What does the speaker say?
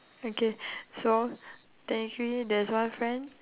okay so technically there's one friend